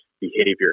behavior